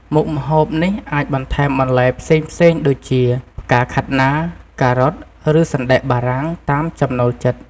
មុខម្ហូបនេះអាចបន្ថែមបន្លែផ្សេងៗដូចជា ផ្កាខាត់ណា ការ៉ុត ឬសណ្តែកបារាំង តាមចំណូលចិត្ត។